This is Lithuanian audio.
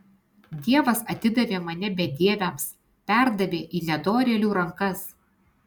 dievas atidavė mane bedieviams perdavė į nedorėlių rankas